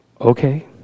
Okay